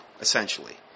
essentially